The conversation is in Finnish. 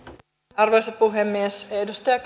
arvoisa puhemies edustaja